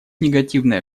негативное